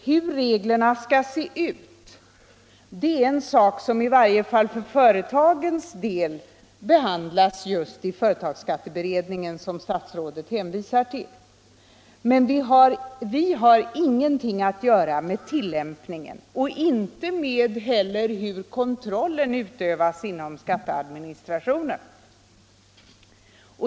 Hur reglerna skall se ut är en sak som i varje fall för företagens del behandlas just i företagsskatteberedningen, som statsrådet hänvisar till. Men vi har ingenting att göra med tillämpningen och inte heller med hur kontrollen utövas inom skatteadministrationen.